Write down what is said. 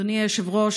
אדוני היושב-ראש,